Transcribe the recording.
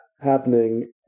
happening